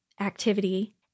activity